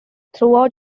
throughout